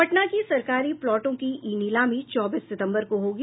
पटना की सरकारी प्लॉटों की ई नीलामी चौबीस सितम्बर को होगी